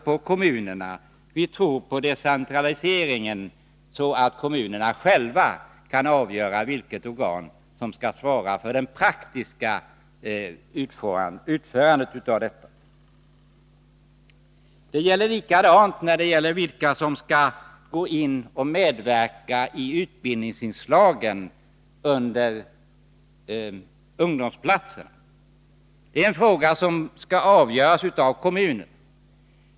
Vi tror alltså på decentraliseringen och litar på att kommunerna själva kan avgöra vilket organ som skall svara för det praktiska utförandet av åtgärderna. är också en fråga som skall avgöras av kommunen.